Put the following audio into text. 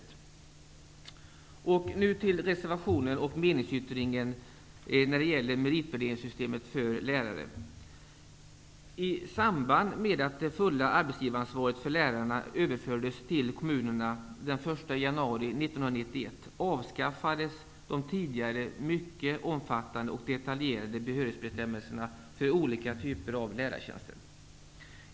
Jag skall nu kommentera reservationen och meningsyttringen om meritvärderingssystemet för lärare. I samband med att det fulla arbetsgivaransvaret för lärarna överfördes till kommunerna den 1 januari 1991 avskaffades de tidigare mycket omfattande och detaljerade behörighetsbestämmelserna för olika typer av lärartjänster.